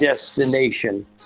destination